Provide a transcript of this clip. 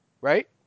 right